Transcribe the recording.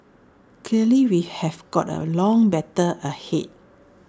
clearly we have got A long battle ahead